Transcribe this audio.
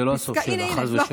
זה לא הסוף שלך, חס ושלום.